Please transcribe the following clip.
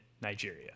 Nigeria